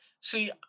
See